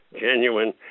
genuine